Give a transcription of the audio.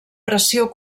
pressió